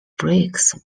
breaks